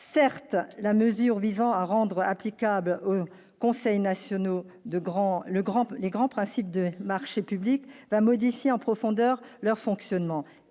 certes la mesure visant à rendre applicable aux conseils nationaux de grands le grand peu les grands principes de marché public va modifier en profondeur leur fonctionnement